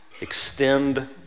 extend